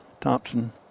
Thompson